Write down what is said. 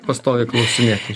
pastoviai klausinėti